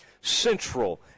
Central